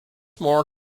more